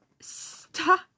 stop